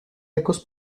ecos